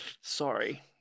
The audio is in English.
Sorry